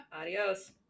Adios